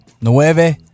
nueve